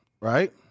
Right